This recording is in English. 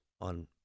on